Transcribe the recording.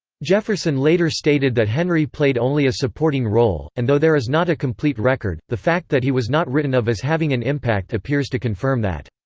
jefferson later stated that henry played only a supporting role, and though there is not a complete record, the fact that he was not written of as having an impact appears to confirm that.